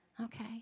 Okay